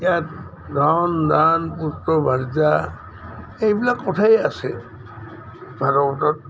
ইয়াত ধন ধান পুত্ৰ ভাৰ্যা এইবিলাক কথাই আছে ভাৰতত